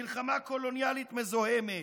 מלחמה קולוניאלית מזוהמת,